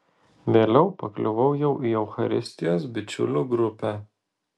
vėliau pakliuvau jau į eucharistijos bičiulių grupę